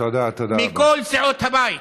מכל סיעות הבית.